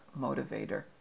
motivator